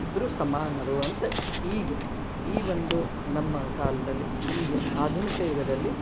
ಇಬ್ಬರೂ ಸಮಾನರು ಅಂತ ಈಗ ಈ ಒಂದು ನಮ್ಮ ಕಾಲದಲ್ಲಿ ಈಗ ಆಧುನಿಕ ಯುಗದಲ್ಲಿ